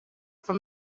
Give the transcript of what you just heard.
for